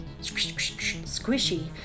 squishy